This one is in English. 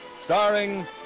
starring